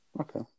Okay